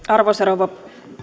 arvoisa rouva